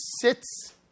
sits